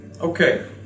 Okay